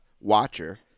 watcher